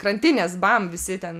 krantinės bam visi ten